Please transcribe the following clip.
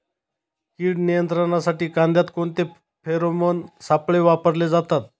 कीड नियंत्रणासाठी कांद्यात कोणते फेरोमोन सापळे वापरले जातात?